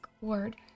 word